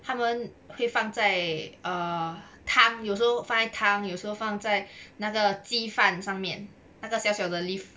他们会放在 err 他有时候放在汤有时候放在那个鸡饭上面那个小小的 leave